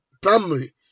primary